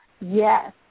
Yes